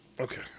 Okay